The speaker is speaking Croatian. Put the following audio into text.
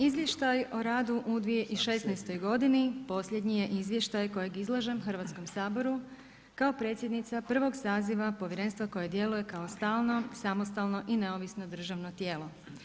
Izvještaj o radu u 2016. godini posljednji je izvještaj kojeg izlažem Hrvatskom saboru kao predsjednica prvog saziva povjerenstva koje djeluje kao stalno, samostalno i neovisno državno tijelo.